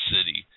City